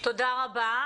תודה רבה.